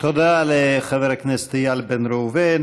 תודה לחבר הכנסת איל בן ראובן.